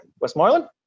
Westmoreland